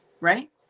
Right